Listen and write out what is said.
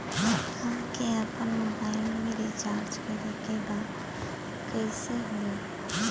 हमके आपन मोबाइल मे रिचार्ज करे के बा कैसे होई?